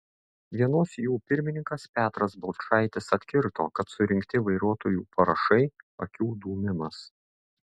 vienos jų pirmininkas petras balčaitis atkirto kad surinkti vairuotojų parašai akių dūmimas